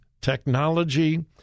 technology